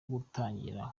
gutangira